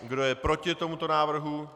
Kdo je proti tomuto návrhu?